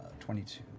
twenty two,